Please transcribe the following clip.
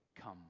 Come